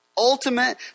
ultimate